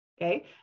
Okay